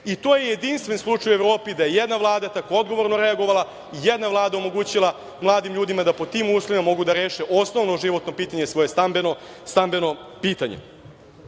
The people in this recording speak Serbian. To je jedinstven slučaj u Evropi da jedna Vlada tako odgovorno reagovala, jedna Vlada omogućila mladim ljudima da pod tim uslovima mogu da reše osnovno životno pitanje, svoje stambeno pitanje. Ono